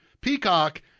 Peacock